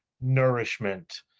nourishment